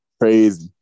crazy